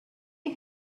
you